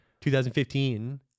2015